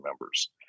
members